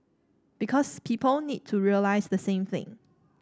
because people need to realise the same thing